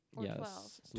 Yes